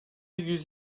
yüz